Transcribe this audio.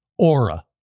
Aura